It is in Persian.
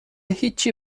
هیچی